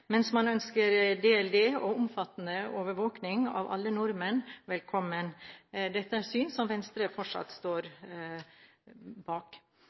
mens man ønsker datalagringsdirektivet og omfattende overvåkning av alle nordmenn velkommen. Dette er et syn som Venstre fortsatt står bak.